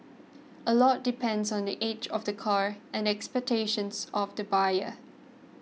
a lot depends on the age of the car and the expectations of the buyer